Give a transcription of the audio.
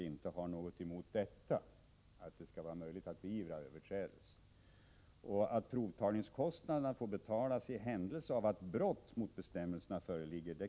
Det kan väl heller inte anses orimligt att provtagningskostnaderna får betalas av lantbrukaren i händelse av att brott mot bestämmelserna föreligger.